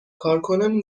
کارکنان